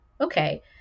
okay